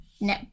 No